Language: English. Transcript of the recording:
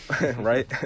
right